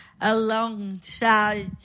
alongside